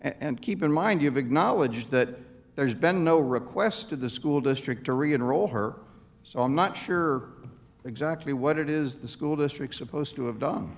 and keep in mind you've acknowledged that there's been no request of the school district to reenroll her so i'm not sure exactly what it is the school district supposed to have done